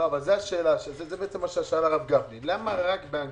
אבל למה רק באנגלית?